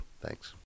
Thanks